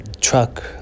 truck